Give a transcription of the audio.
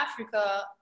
Africa